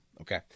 okay